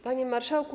Panie Marszałku!